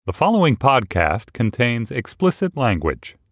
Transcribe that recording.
the following podcast contains explicit language